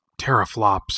teraflops